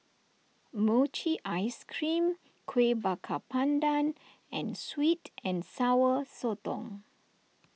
Mochi Ice Cream Kueh Bakar Pandan and Sweet and Sour Sotong